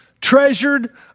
treasured